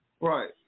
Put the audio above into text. Right